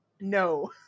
No